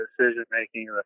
decision-making